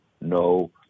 no